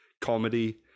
comedy